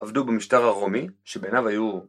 עבדו במשטר הרומי שבעיניו היו